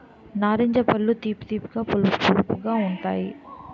నారింజ పళ్ళు తీపి తీపిగా పులుపు పులుపుగా ఉంతాయి